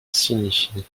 signifie